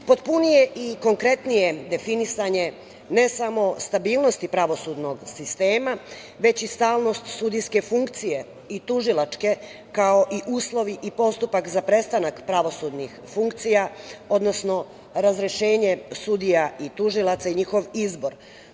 Potpunije i konkretnije definisanje ne samo stabilnosti pravosudnog sistema, već i stalnost sudijske funkcije i tužilačke, kao i uslovi i postupak za prestanak pravosudnih funkcija, odnosno razrešenje sudija i tužilaca i njihov izbor.